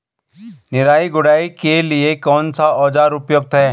निराई गुड़ाई के लिए कौन सा औज़ार उपयुक्त है?